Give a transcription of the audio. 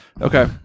Okay